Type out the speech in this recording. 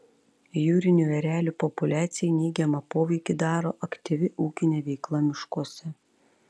jūrinių erelių populiacijai neigiamą poveikį daro aktyvi ūkinė veikla miškuose